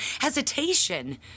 hesitation